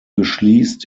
beschließt